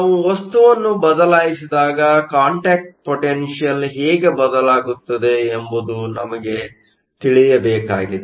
ನಾವು ವಸ್ತುವನ್ನು ಬದಲಾಯಿಸಿದಾಗ ಕಾಂಟ್ಯಾಕ್ಟ್ ಪೊಟೆನ್ಷಿಯಲ್ ಹೇಗೆ ಬದಲಾಗುತ್ತದೆ ಎಂಬುದು ನಮಗೆ ತಿಳಿಯಬೇಕಾಗಿದೆ